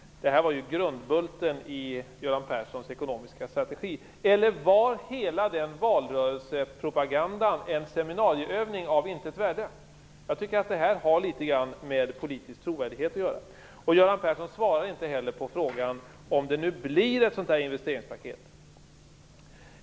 De var grundbulten i Göran Perssons ekonomiska strategi. Eller var hela den valrörelsepropagandan en seminarieövning av intet värde? Det här har litet grand med politisk trovärdighet att göra. Göran Persson svarar inte heller på frågan om det nu skall bli ett investeringspaket.